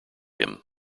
him